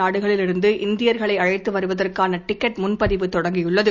நாடுகளிலிருந்து இந்தியர்களை அழைத்து வருவதற்கான டிக்கெட் முன்பதிவு தொடங்கியுள்ளது